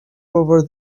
over